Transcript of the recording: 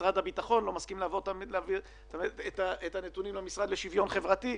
משרד הביטחון לא מסכים להביא את הנתונים למשרד לשוויון חברתי,